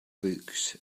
books